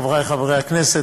חברי חברי הכנסת,